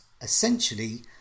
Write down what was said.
essentially